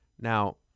now